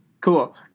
cool